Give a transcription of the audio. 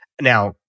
Now